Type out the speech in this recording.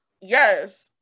yes